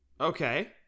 Okay